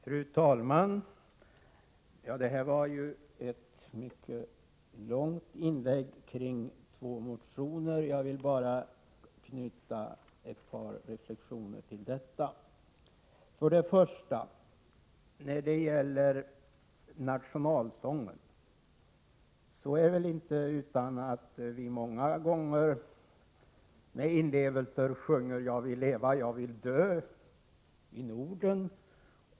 Fru talman! Detta var ett mycket långt inlägg kring två motioner. Jag vill bara anknyta med ett par reflexioner. Det är inte utan att vi många gånger med inlevelse sjunger nationalsångens ord Jag vill leva, jag vill dö i Norden.